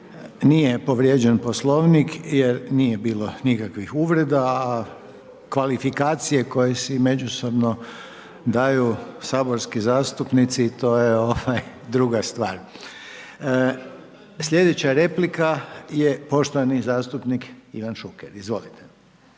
Nije povrijeđen Poslovnik jer nije bilo nikakvih uvreda, a kvalifikacije koje si međusobno daju saborski zastupnici, to je druga stvar. Slijedeća replika je poštovani zastupnik Ivan Šuker. Izvolite.